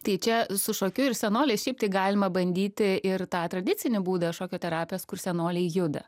tai čia su šokiu ir senoliais šiaip tai galima bandyti ir tą tradicinį būdą šokio terapijos kur senoliai juda